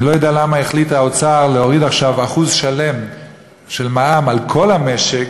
אני לא יודע למה החליט האוצר להוריד עכשיו 1% שלם של מע"מ על כל המשק,